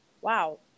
wow